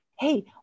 Hey